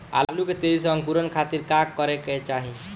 आलू के तेजी से अंकूरण खातीर का करे के चाही?